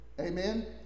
Amen